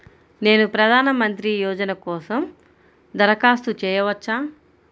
నేను ప్రధాన మంత్రి యోజన కోసం దరఖాస్తు చేయవచ్చా?